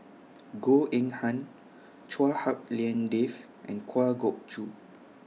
Goh Eng Han Chua Hak Lien Dave and Kwa Geok Choo